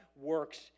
works